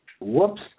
Whoops